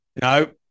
No